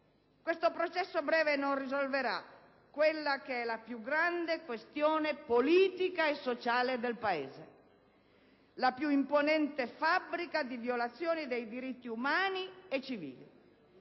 questo processo breve non risolverà la più grande questione politica e sociale del Paese, la più imponente fabbrica di violazioni dei diritti umani e civili,